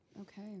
okay